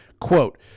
Quote